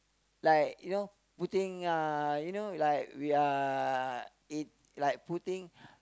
like you know putting uh you know like we are it like putting